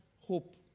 hope